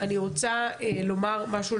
אני רוצה לומר משהו,